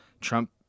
Trump